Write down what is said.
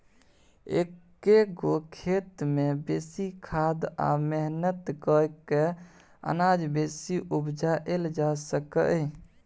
एक्क गो खेत मे बेसी खाद आ मेहनत कए कय अनाज बेसी उपजाएल जा सकैए